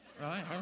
Right